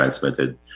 transmitted